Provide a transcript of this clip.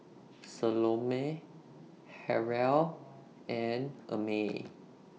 Salome Harrell and Amey